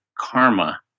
karma